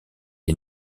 est